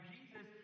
Jesus